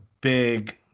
big